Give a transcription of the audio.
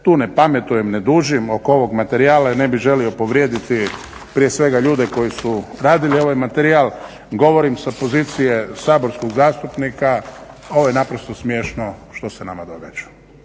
tu ne pametujem i ne dužim oko ovog materijala jer ne bih želio povrijediti prije svega ljude koji su radili ovaj materijal, govorim sa pozicije saborskog zastupnika ovo je naprosto smiješno što se nama događa.